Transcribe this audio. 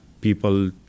people